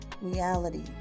reality